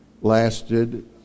lasted